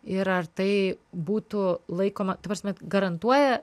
ir ar tai būtų laikoma ta prasme garantuoja